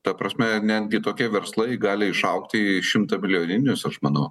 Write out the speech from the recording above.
ta prasme netgi tokie verslai gali išaugti į šimtą milijoninius aš manau